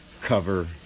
cover